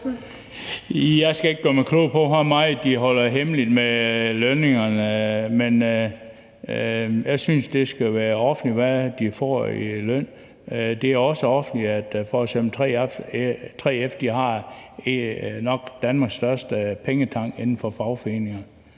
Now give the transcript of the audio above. Jeg skal ikke gøre mig klog på, hvor meget de holder hemmeligt med lønningerne, men jeg synes, at det skal være offentligt, hvad de får i løn. Det er også offentligt, at f.eks. 3F nok har Danmarks største pengetank blandt fagforeninger.